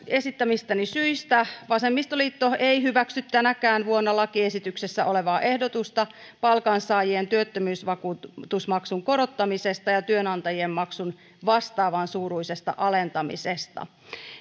esittämistäni syistä vasemmistoliitto ei hyväksy tänäkään vuonna lakiesityksessä olevaa ehdotusta palkansaajien työttömyysvakuutusmaksun korottamisesta ja työnanta jien maksun vastaavan suuruisesta alentamisesta